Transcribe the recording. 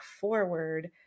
forward